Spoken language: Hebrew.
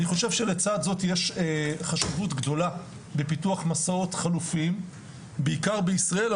אני חושב שלצד זה יש חשיבות גדולה בפיתוח מסעות חלופיים בעיקר בישראל,